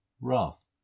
wrath